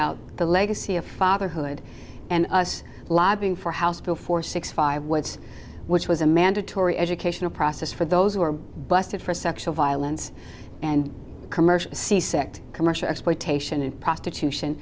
out the legacy of fatherhood and us lobbying for house before six five words which was a mandatory educational process for those who are busted for sexual violence and commercial sea sect commercial exploitation and prostitution